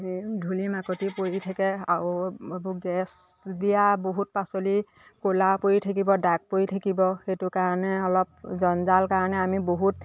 ধূলি মাকতি পৰি থাকে আৰু এইবোৰ গেছ দিয়া বহুত পাচলি ক'লা পৰি থাকিব দাগ পৰি থাকিব সেইটো কাৰণে অলপ জঞ্জাল কাৰণে আমি বহুত